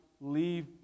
leave